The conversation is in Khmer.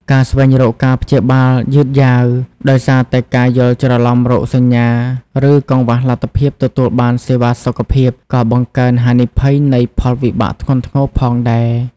ការស្វែងរកការព្យាបាលយឺតយ៉ាវ ដោយសារតែការយល់ច្រឡំរោគសញ្ញា ឬកង្វះលទ្ធភាពទទួលបានសេវាសុខភាព ក៏បង្កើនហានិភ័យនៃផលវិបាកធ្ងន់ធ្ងរផងដែរ។